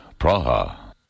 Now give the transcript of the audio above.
Praha